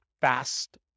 fast